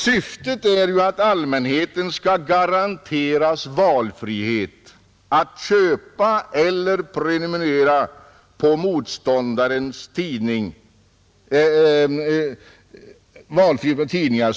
Syftet är ju att allmänheten skall garanteras valfrihet att köpa eller prenumerera på tidningar.